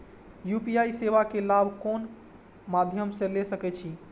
UPI सेवा के लाभ कोन मध्यम से ले सके छी?